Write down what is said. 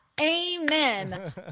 amen